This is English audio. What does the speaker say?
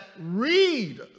read